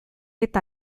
eta